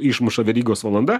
išmuša verygos valanda